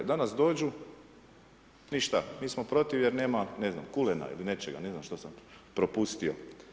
Danas dođu, ništa, mi smo protiv jer nema ne znam kulena ili nečega, ne znam što sam propustio.